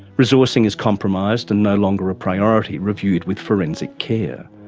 resourcing is compromised and no longer a priority reviewed with forensic care.